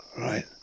Right